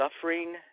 suffering